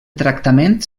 tractament